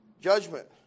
judgment